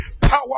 power